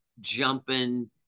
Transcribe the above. jumping